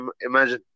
Imagine